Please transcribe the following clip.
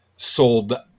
sold